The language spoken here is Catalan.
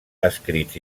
escrits